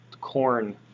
corn